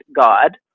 God